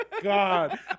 god